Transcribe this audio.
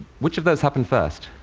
which of those happened first?